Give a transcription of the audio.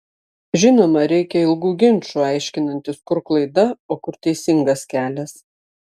žinoma reikia ilgų ginčų aiškinantis kur klaida o kur teisingas kelias